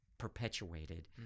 perpetuated